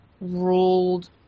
ruled